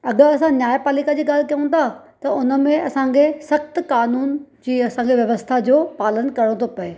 अॻरि असां न्याय पालिका जी ॻाल्हि कयूं था त हुनमें असांखे सख़्त कानून जीअं असांखे व्यवस्था जो पालन करिणो थो पए